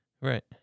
Right